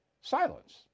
silence